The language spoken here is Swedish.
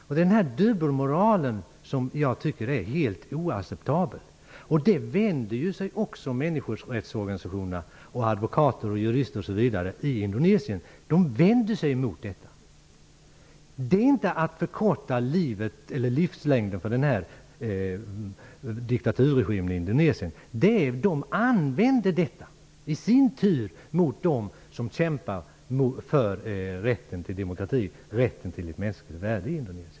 Det är denna dubbelmoral som jag tycker är helt oacceptabel. Också människorättsorganisationerna, advokater, jurister, osv. i Indonesien vänder sig mot detta. Det är inte att förkorta livslängden för diktaturregimen i Indonesien. Den använder i sin tur detta stöd mot dem som kämpar för rätten till demokrati och rätten till ett mänskligt värde i Indonesien.